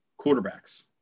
quarterbacks